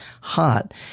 hot